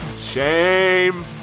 Shame